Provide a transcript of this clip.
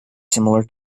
similar